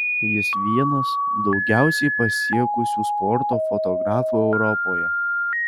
jis vienas daugiausiai pasiekusių sporto fotografų europoje